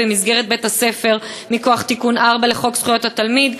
במסגרת בית-הספר מכוח תיקון 4 לחוק זכויות התלמיד,